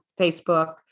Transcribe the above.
Facebook